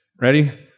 ready